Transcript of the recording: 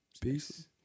Peace